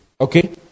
okay